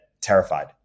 terrified